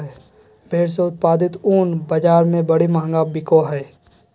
भेड़ से उत्पादित ऊन बाज़ार में बड़ी महंगा बिको हइ